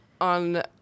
on